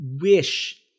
wish